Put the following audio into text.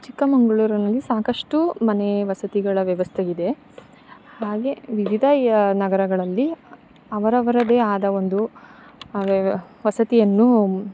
ಚಿಕ್ಕಮಗಳೂರಿನಲ್ಲಿ ಸಾಕಷ್ಟು ಮನೆ ವಸತಿಗಳ ವ್ಯವಸ್ಥೆಯಿದೆ ಹಾಗೆ ವಿವಿಧ ಯ ನಗರಗಳಲ್ಲಿ ಅವರವರದೇ ಆದ ಒಂದು ವ್ಯವ ವಸತಿಯನ್ನು